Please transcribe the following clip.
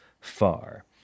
far